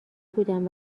بودم